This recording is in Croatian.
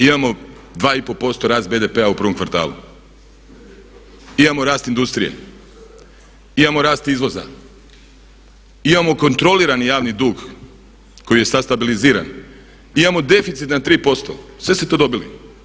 Imamo 2,5% rast BDP-a u prvom kvartalu, imamo rast indsutrije, imamo rast izvoza, imamo kontrolirani javni dug koji je sad stabiliziran, imamo deficit na 3%, sve ste to dobili.